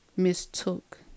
mistook